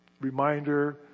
reminder